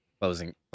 Closing